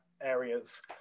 areas